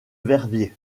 verviers